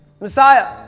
Messiah